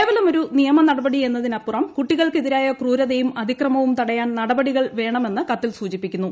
കേവലമൊരു നിയമനടപടി എന്നതിനപ്പുറം കുട്ടികൾക്കെതിരായ ക്രൂരതയും അതിക്രമവും തടയാൻ നടപടികൾ വേണമെന്ന് കത്തിൽ സൂചിപ്പിക്കുന്നു